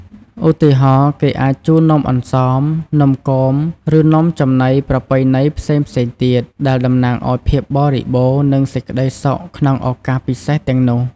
ឧទាហរណ៍ គេអាចជូននំអន្សម នំគម ឬនំចំណីប្រពៃណីផ្សេងៗទៀត ដែលតំណាងឲ្យភាពបរិបូរណ៍ និងសេចក្តីសុខក្នុងឱកាសពិសេសទាំងនោះ។